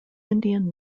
indian